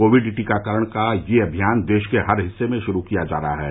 Covid टीकाकरण का यह अभियान देश के हर हिस्से में शुरू किया जा रहा है